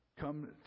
come